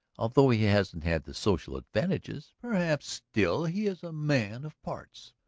although he hasn't had the social advantages, perhaps, still he is a man of parts.